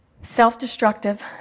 self-destructive